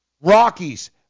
Rockies